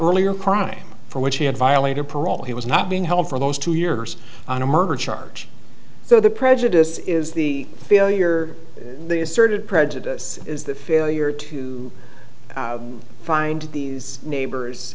earlier crime for which he had violated parole he was not being held for those two years on a murder charge so the prejudice is the failure the asserted prejudice is that failure to find these neighbors